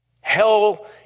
Hell